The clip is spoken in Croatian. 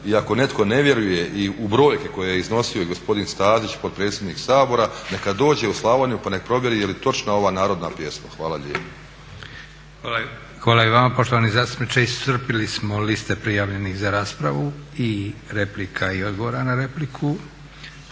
ako netko ne vjeruje i u brojke koje je iznosio gospodin Stazić potpredsjednik Sabora neka dođe u Slavoniju pa neka provjeri jel je točna ova narodna pjesma. Hvala lijepa. **Leko, Josip (SDP)** Hvala i vama poštovani zastupniče. Iscrpili smo liste prijavljenih za raspravu i replika i odgovora na repliku.